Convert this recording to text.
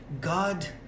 God